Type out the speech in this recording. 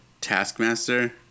Taskmaster